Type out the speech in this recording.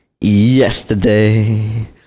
yesterday